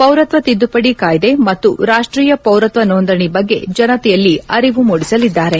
ಪೌರತ್ವ ತಿದ್ದುಪಡಿ ಕಾಯಿದೆ ಮತ್ತು ರಾಷ್ಟೀಯ ಪೌರತ್ವ ನೋಂದಣಿ ಬಗ್ಗೆ ಜನತೆಯಲ್ಲಿ ಅರಿವು ಮೂಡಿಸಲಿದ್ದಾರೆ